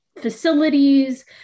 facilities